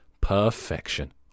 Perfection